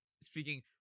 Speaking